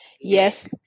Yes